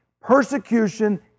Persecution